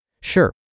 Sure